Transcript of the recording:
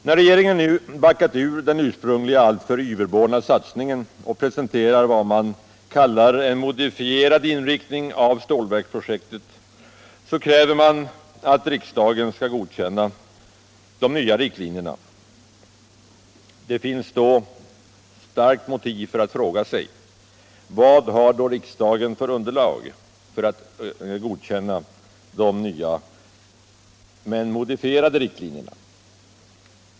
När regeringen nu backat ur den ursprungliga alltför yverborna satsningen och presenterar vad man kallar ett modifierat stålverksprojekt kräver den att riksdagen skall godkänna de nya riktlinjerna. Det finns då starkt motiv för att ställa frågan: Vad har riksdagen för underlag för att godkänna de nya men modifierade riktlinjerna?